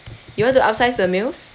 you want to upsize to the meals